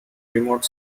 remote